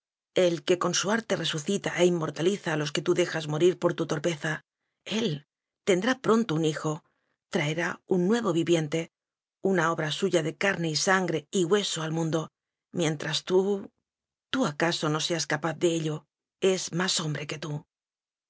el que con su arte resucita e inmortaliza a los que tú dejas morir por tu torpeza él tendrá pronto un hijo traerá un nuevo viviente una obra suya de carne y sangre y hueso al mundo mientras tú l ú i do luchar con un enemigo invisible con el